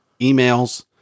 emails